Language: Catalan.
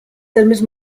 termes